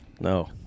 no